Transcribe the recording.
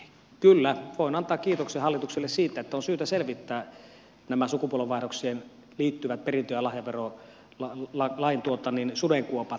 kyllä voin antaa kiitoksen hallitukselle siitä että on syytä selvittää nämä sukupolvenvaihdokseen liittyvät perintö ja lahjaverolain sudenkuopat